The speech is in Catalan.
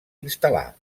instal·là